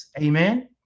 Amen